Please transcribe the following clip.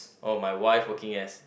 oh my wife working as